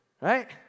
right